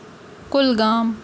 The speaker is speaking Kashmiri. کُلگام